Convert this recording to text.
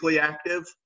active